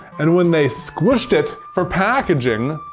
and when they squished it for packaging,